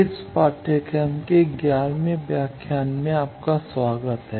इस पाठ्यक्रम के ग्यारहवें व्याख्यान में आपका स्वागत है